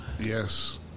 Yes